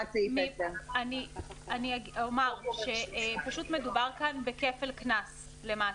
סעיף 10. מדובר כאן בכפל קנס למעשה.